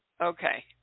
Okay